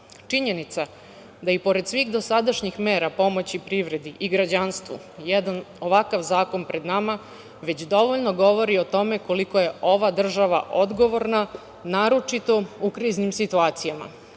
da i pored svih dosadašnjih mera pomoći privredi i građanstvu jedan ovakav zakon pred nama već dovoljno govori o tome koliko je ova država odgovorna, naročito u kriznim situacijama.